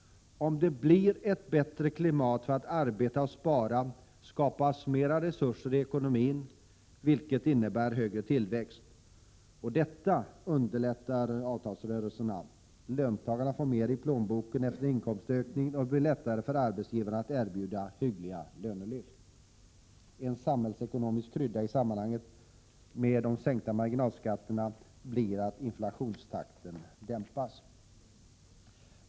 Om det blir ett bättre klimat för att arbeta och spara, skapas mera resurser i ekonomin, vilket innebär högre tillväxt. Detta underlättar avtalsrörelserna, löntagarna får mer i plånboken efter inkomstökning, och det blir lättare för arbetsgivarna att erbjuda hyggliga lönelyft. En samhällsekonomisk krydda i samband med de sänkta marginalskatterna blir att inflationstakten dämpas.